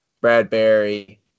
Bradbury